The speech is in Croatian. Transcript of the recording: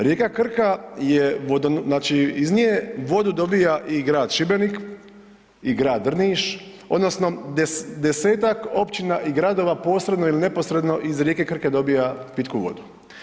Rijeka Krka je, znači iz nje vodu dobija i grad Šibenik i grad Drniš odnosno desetak općina i gradova posredno ili neposredno iz rijeke Krke dobija pitku vodu.